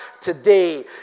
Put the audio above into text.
today